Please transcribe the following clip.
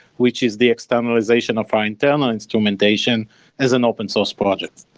which is the externalization of our internal instrumentation as an open source project.